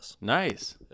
Nice